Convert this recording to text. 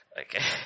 Okay